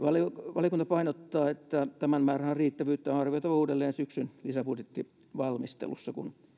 valiokunta painottaa että tämän määrärahan riittävyyttä on arvioitava uudelleen syksyn lisäbudjettivalmistelussa kun